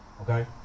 okay